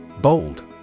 Bold